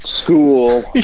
school